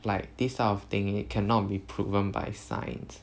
like this type of thing it cannot be proven by science